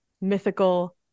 mythical